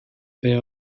beth